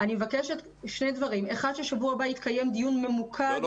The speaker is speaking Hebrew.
אני מבקשת שבשבוע הבא יתקיים דיון ממוקד --- לא,